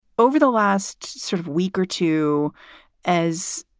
over the last sort of week or two as.